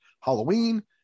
halloween